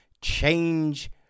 change